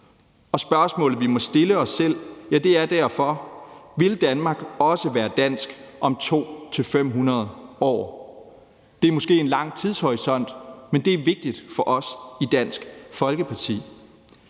Spørgsmålet, vi må stille os selv, er derfor: Vil Danmark også være dansk om 200-500 år? Det er måske en lang tidshorisont, men det er vigtigt for os i Dansk Folkeparti.